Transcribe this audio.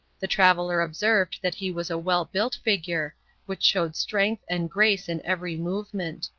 the traveler observed that he was a well-built figure which showed strength and grace in every movement.